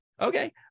Okay